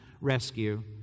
rescue